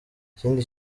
ikindi